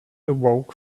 awoke